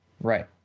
Right